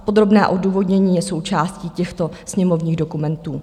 Podrobné odůvodnění je součástí těchto sněmovních dokumentů.